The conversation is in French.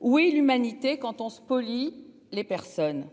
Oui l'humanité quand on spolie les personnes.